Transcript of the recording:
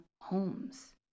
homes